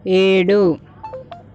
ఏడు